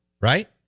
right